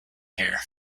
here